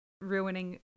ruining